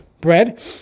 bread